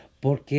Porque